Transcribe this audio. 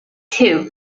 two